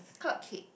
called Kate